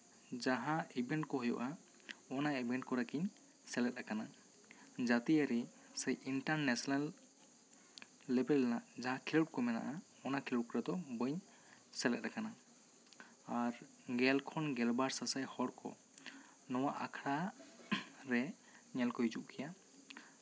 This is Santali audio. ᱡᱟᱦᱟᱸ ᱤᱵᱷᱮᱱᱴ ᱠᱚ ᱦᱩᱭᱩᱜᱼᱟ ᱚᱱᱟ ᱤᱵᱷᱮᱱᱴ ᱠᱚᱨᱮ ᱜᱤᱧ ᱥᱮᱞᱮᱫ ᱟᱠᱟᱱᱟ ᱡᱟᱹᱛᱤᱭᱟᱨᱤ ᱥᱮ ᱤᱱᱴᱟᱨ ᱱᱮᱥᱮᱱᱮᱞ ᱞᱮᱵᱮᱞ ᱨᱮᱱᱟᱜ ᱡᱟᱦᱟᱸ ᱠᱷᱮᱞᱳᱰ ᱠᱚ ᱢᱮᱱᱟᱜᱼᱟ ᱚᱱᱟ ᱠᱷᱮᱞᱳᱰ ᱨᱮᱫᱚ ᱵᱟᱹᱧ ᱥᱮᱞᱮᱫ ᱟᱠᱟᱱᱟ ᱟᱨ ᱜᱮᱞ ᱠᱷᱚᱱ ᱜᱮᱞᱵᱟᱨ ᱥᱟᱥᱟᱭ ᱦᱚᱲ ᱠᱚ ᱱᱚᱣᱟ ᱟᱠᱷᱲᱟ ᱨᱮ ᱧᱮᱞ ᱠᱚ ᱦᱤᱡᱩᱜ ᱜᱮᱭᱟ